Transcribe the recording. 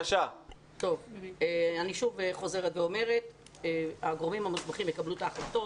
אני שוב חוזרת ואומרת שהגורמים המוסמכים יקבלו את ההחלטות.